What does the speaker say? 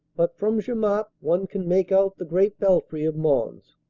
but from jemappes one can make out the great belfry of mons.